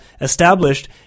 established